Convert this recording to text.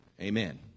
Amen